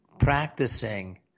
Practicing